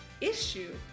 issue